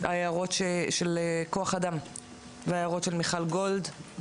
ההערות של כוח אדם וההערות של מיכל גולד.